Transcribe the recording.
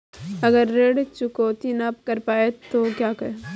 अगर ऋण चुकौती न कर पाए तो क्या होगा?